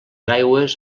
aigües